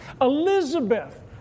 Elizabeth